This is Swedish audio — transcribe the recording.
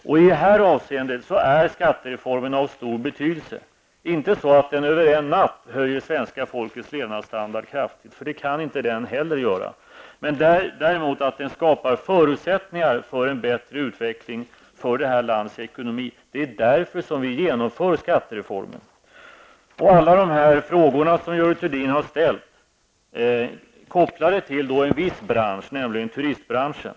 I det här avseendet är skattereformen av stor betydelse -- inte så att den över en natt höjer svenska folkets levnadsstandard kraftigt, för det kan inte heller den göra, men däremot så att den skapar förutsättningar för en bättre utveckling av landets ekonomi. Det är därför som vi genomför skattereformen. Alla de frågor som Görel Thurdin har ställt är kopplade till en viss bransch, nämligen turistbranschen.